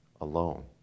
alone